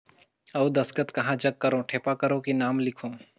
अउ दस्खत कहा जग करो ठेपा करो कि नाम लिखो?